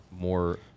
more